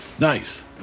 Nice